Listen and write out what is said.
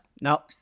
No